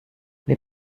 les